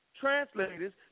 translators